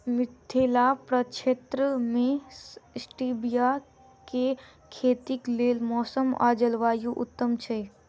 मिथिला प्रक्षेत्र मे स्टीबिया केँ खेतीक लेल मौसम आ जलवायु उत्तम छै?